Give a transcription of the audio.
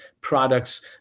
products